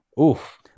Oof